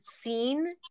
seen